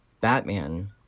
Batman